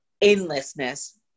endlessness